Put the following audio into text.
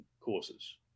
courses